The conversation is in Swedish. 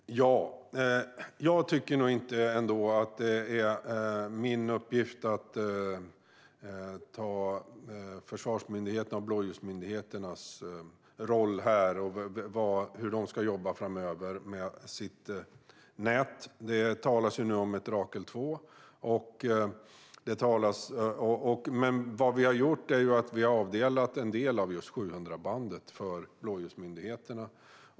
Herr talman! Jag tycker nog inte att det är min uppgift att ta försvarsmyndigheternas och blåljusmyndigheternas roll här gällande hur de ska jobba med sitt nät framöver. Det talas nu om ett Rakel 2, men vad vi har gjort är att avdela en del av just 700-bandet för blåljusmyndigheterna.